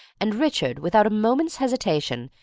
and richard, without a moment's hesitation,